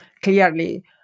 clearly